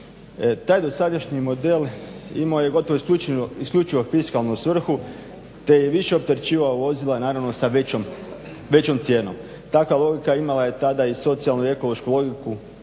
Taj dosadašnji model imao je gotovo isključivo fiskalnu svrhu te je više opterećivao vozila naravno sa većom cijenom. Takva logika imala je tada i socijalno ekološku vodiljku